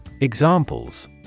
Examples